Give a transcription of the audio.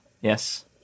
yes